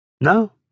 No